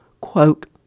Quote